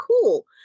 cool